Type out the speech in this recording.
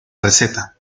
receta